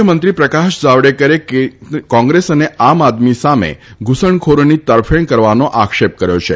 ય મંત્રી પ્રકાશ જાવડેકરે કોંગ્રેસ અને આમ આદમી સામે ધુસણખોરોની તરફેણ કરવાનો આક્ષેપ કર્યો છે